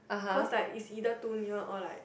because like is either too near or like